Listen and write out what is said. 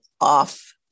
off